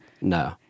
No